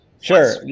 Sure